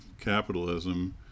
capitalism